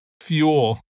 fuel